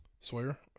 Sawyer